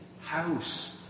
house